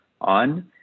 on